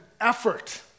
effort